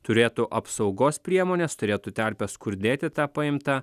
turėtų apsaugos priemones turėtų terpes kur dėti tą paimtą